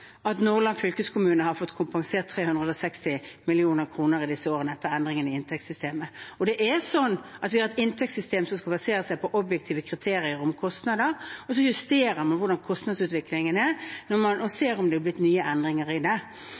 at Nordland fylkeskommune har fått kompensert 360 mill. kr i disse årene etter endringene i inntektssystemet. Vi har et inntektssystem som skal basere seg på objektive kriterier om kostnader, og så justerer man etter hvordan kostnadsutviklingen er og ser om det er blitt nye endringer i det.